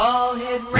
All-Hit